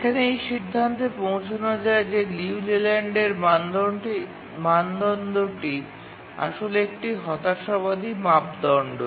এখানে এই সিদ্ধান্তে পৌঁছানো যায় যে লিউ লেল্যান্ডের মানদণ্ডটি আসলে একটি হতাশাবাদী মাপদণ্ড